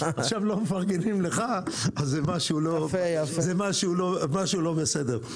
עכשיו לא מפרגנים לך, אז משהו לא בסדר.